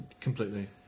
completely